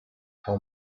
how